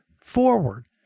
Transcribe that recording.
forward